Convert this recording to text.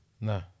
No